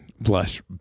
blush